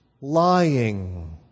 lying